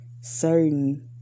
certain